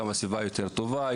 גם הסביבה יותר טובה,